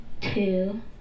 Two